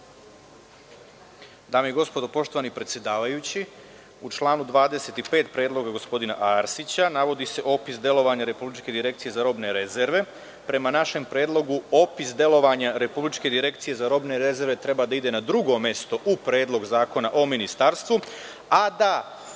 Dame i gospodo, poštovani predsedavajući, u članu 25. Predloga gospodina Arsića navodi se opis delovanja Republičke direkcije za robne rezerve. Prema našem predlogu, opis delovanja Republičke direkcije za robne rezerve treba da ide na drugo mesto u Predlog zakona o ministarstvu, a da